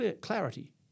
clarity